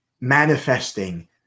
manifesting